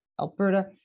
Alberta